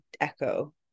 echo